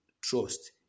trust